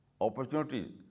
opportunities